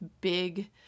big